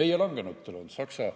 "Meie langenutele" on Saksa